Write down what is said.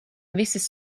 visas